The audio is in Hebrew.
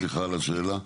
סליחה על השאלה.